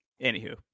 Anywho